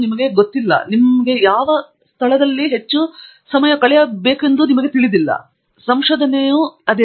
ಆದರೆ ನಿಮಗೆ ಗೊತ್ತಿಲ್ಲ ನಿಮ್ಮ ಹೆಚ್ಚು ಸಮಯ ಕಳೆಯಲು ನೀವು ಎಲ್ಲಿಗೆ ಹೋಗಬೇಕೆಂದು ಬಯಸುವ ಸ್ಮಾರಕ